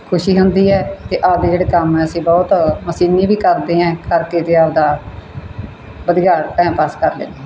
ਖੁਸ਼ੀ ਹੁੰਦੀ ਹੈ ਅਤੇ ਆਪਣੇ ਜਿਹੜੇ ਕੰਮ ਹੈ ਅਸੀਂ ਬਹੁਤ ਮਸ਼ੀਨੀ ਵੀ ਕਰਦੇ ਹੈ ਕਰਕੇ ਅਤੇ ਆਪਣਾ ਵਧੀਆ ਟਾਈਮ ਪਾਸ ਕਰ ਲੈਂਦੇ ਹਾਂ